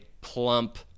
plump